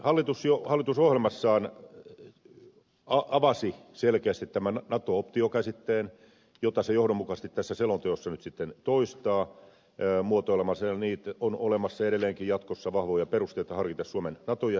hallitus jo hallitusohjelmassaan avasi selkeästi tämän nato optio käsitteen jota se johdonmukaisesti tässä selonteossa nyt sitten toistaa muotoilemalla sen niin että on olemassa jatkossakin vahvoja perusteita harkita suomen nato jäsenyyttä